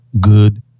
Good